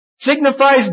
signifies